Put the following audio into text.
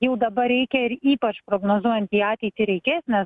jau dabar reikia ir ypač prognozuojant į ateitį reikės nes